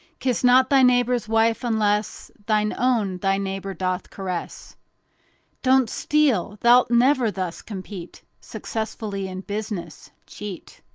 kiss not thy neighbor's wife, unless thine own thy neighbor doth caress don't steal thou'lt never thus compete successfully in business. cheat.